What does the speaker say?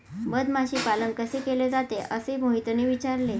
मधमाशी पालन कसे केले जाते? असे मोहितने विचारले